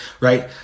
right